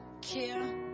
care